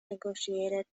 negotiated